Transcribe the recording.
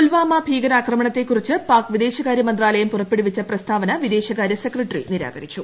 പുൽവാമ ഭീകരാക്രമണത്തെക്കുറിച്ച് പാക് വിദേശകാര്യ മന്ത്രാലയം പുറപ്പെടുവിച്ച പ്രസ്താവന വിദേശകാര്യ സെക്രട്ടറി നിരാകരിച്ചു